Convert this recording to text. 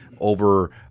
over